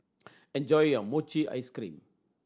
enjoy your mochi ice cream